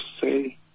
say